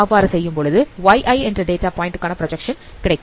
அவ்வாறு செய்யும்பொழுது yi என்ற டேட்டா பாயிண்ட் காண பிராஜக்சன் கிடைக்கும்